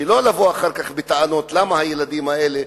שלא לבוא אחר כך בטענות למה הילדים האלה,